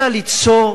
אלא ליצור,